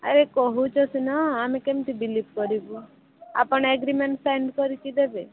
ଆରେ କହୁଛ ସିନା ଆମେ କେମିତି ବିଲିଭ୍ କରିବୁ ଆପଣ ଏଗ୍ରିମେଣ୍ଟ୍ ସାଇନ୍ କରିକି ଦେବେ